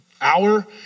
hour